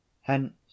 Hence